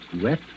wet